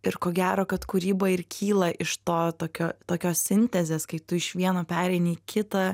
ir ko gero kad kūryba ir kyla iš to tokio tokios sintezės kai tu iš vieno pereini į kitą